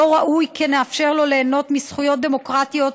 לא ראוי שנאפשר לו ליהנות מזכויות דמוקרטיות,